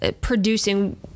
producing